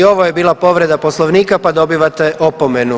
I ovo je bila povreda Poslovnika pa dobivate opomenu.